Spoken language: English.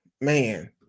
man